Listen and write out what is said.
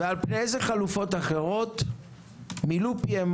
ועל פני איזה חלופות אחרות מילאו פיהם